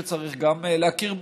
שצריך גם להכיר בו.